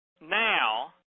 now